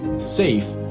safe,